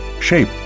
shape